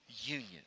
union